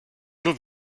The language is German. nur